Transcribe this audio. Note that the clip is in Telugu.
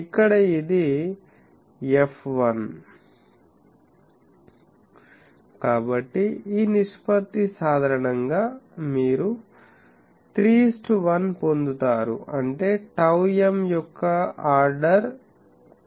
ఇక్కడ ఇది f1 కాబట్టి ఈ నిష్పత్తి సాధారణంగా మీరు 3 1 పొందుతారు అంటే టౌ m యొక్క ఆర్డర్ 3